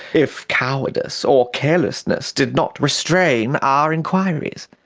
if cowardice or carelessness did not restrain our inquiries.